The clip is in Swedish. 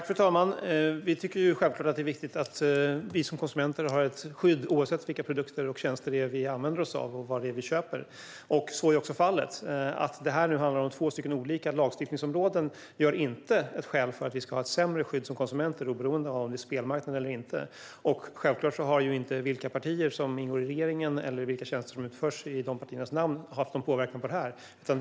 Fru talman! Regeringen tycker självklart att det är viktigt att vi som konsumenter har ett skydd oavsett vilka produkter och tjänster det är vi använder oss av och vad det är vi köper. Så är också fallet. Att detta nu handlar om två olika lagstiftningsområden utgör inte ett skäl för att vi ska ha ett sämre skydd som konsumenter oberoende av om det gäller en spelmarknad eller inte. Vilka partier som ingår i regeringen eller vilka tjänster som utförs i dessa partiers namn har självklart inte haft någon påverkan på detta.